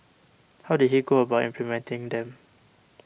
how did he go about implementing them